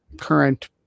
current